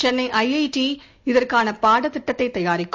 Chennai IIT இதற்கான பாடத்திட்டத்தை தயாரிக்கும்